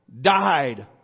died